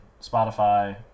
Spotify